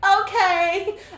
okay